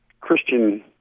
Christian